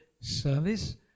service